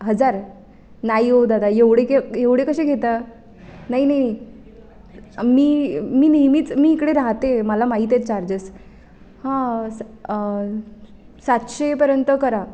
हजार नाही ओ दादा एवढे एवढे कसे घेता नाही नाही मी मी नेहमीच मी इकडे राहते मला माहीत आहेत चार्जेस हां सातशेपर्यंत करा